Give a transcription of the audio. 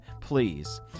please